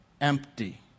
empty